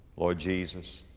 lord jesus,